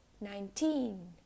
nineteen